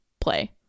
play